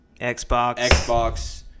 Xbox